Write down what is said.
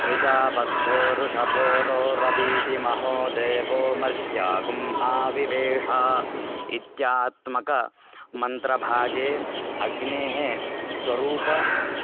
त्रिधा बद्धो वृषभो रोरवीति महादेवो मर्त्यागुम् आविवेश इत्यात्मके मन्त्रभागे अग्नेः स्वरूपं